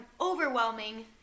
overwhelming